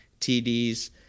TDs